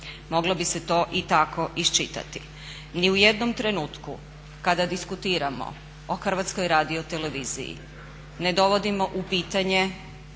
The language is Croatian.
Moglo bi se to i tako iščitati. Ni u jednom trenutku kada diskutiramo o HRT-u ne dovodimo u pitanje